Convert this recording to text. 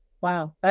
Wow